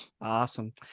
Awesome